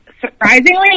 surprisingly